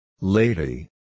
Lady